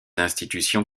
institutions